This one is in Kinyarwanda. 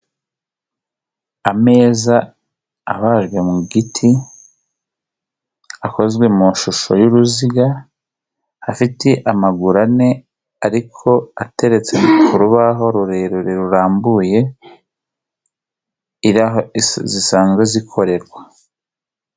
Ameza abajwe mu giti akozwe mu ishusho y'uruzi, afite amaguru ane ariko ateretse ku rubaho rurerure rurambuye, iri aho zisanzwe zikorerwa.